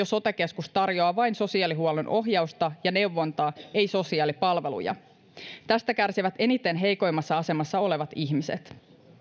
sote keskus tarjoaa vain sosiaalihuollon ohjausta ja neuvontaa ei sosiaalipalveluja tästä kärsivät eniten heikoimmassa asemassa olevat ihmiset